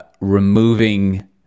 removing